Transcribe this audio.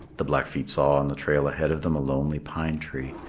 the blackfeet saw on the trail ahead of them a lonely pine tree.